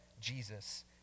Jesus